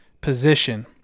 position